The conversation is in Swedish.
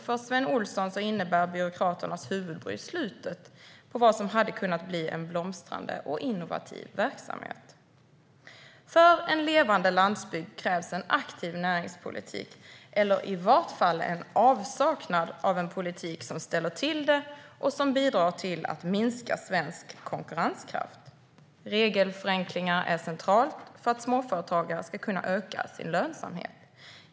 För Sven Olsson innebär byråkraternas huvudbry slutet på vad som hade kunnat bli en blomstrande och innovativ verksamhet. För en levande landsbygd krävs en aktiv näringspolitik eller i varje fall en avsaknad av en politik som ställer till det och som bidrar till att minska svensk konkurrenskraft. Det är centralt med regelförenklingar för att småföretagare ska kunna öka sin lönsamhet.